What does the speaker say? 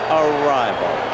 arrival